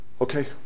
Okay